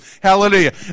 Hallelujah